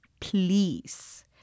please